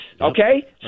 Okay